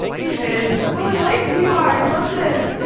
david, so enlightened you are. i love this.